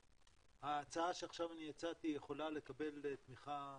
שההצעה שעכשיו אני הצעתי יכולה לקבל תמיכה